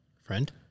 Friend